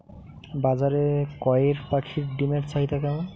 বাজারে কয়ের পাখীর ডিমের চাহিদা কেমন?